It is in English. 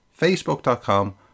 facebook.com